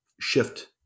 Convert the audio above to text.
shift